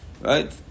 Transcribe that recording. right